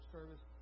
Service